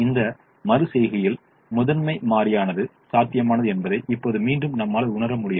இந்த மறு செய்கையில் முதன்மை மாறியானது சாத்தியமானது என்பதை இப்போது மீண்டும் நம்மால் உணர முடிகிறது